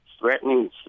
Threatening